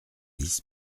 dix